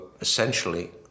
essentially